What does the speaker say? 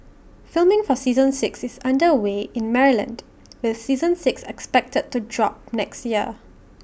filming for season six is under way in Maryland with season six expected to drop next year